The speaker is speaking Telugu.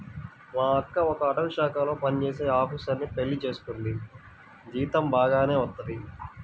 మా అక్క ఒక అటవీశాఖలో పనిజేసే ఆపీసరుని పెళ్లి చేసుకుంది, జీతం బాగానే వత్తది